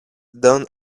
down